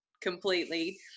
completely